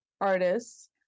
artists